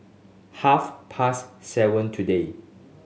half past seven today